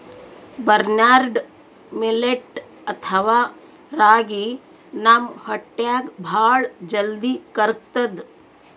barnyard millet ಅಥವಾ ರಾಗಿ ನಮ್ ಹೊಟ್ಟ್ಯಾಗ್ ಭಾಳ್ ಜಲ್ದಿ ಕರ್ಗತದ್